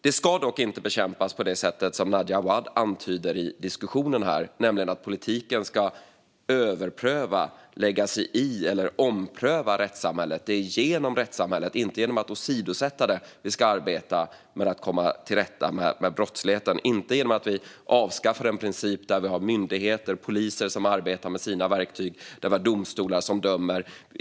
Det ska dock inte bekämpas på det sätt som Nadja Awad antyder i diskussionen här, nämligen genom att politiken ska överpröva, lägga sig i eller ompröva rättssamhället. Det är genom rättssamhället, inte genom att åsidosätta det, som vi ska komma till rätta med brottsligheten. Det ska inte ske genom att avskaffa principen med myndigheter och polis som arbetar med sina verktyg och domstolar som dömer.